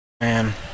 Man